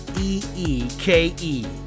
E-E-K-E